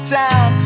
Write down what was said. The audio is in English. town